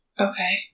Okay